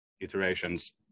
iterations